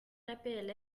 l’apl